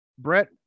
Brett